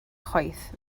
chwaith